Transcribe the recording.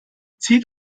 zieht